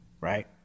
right